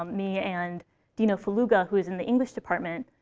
me and dino felluga, who is in the english department.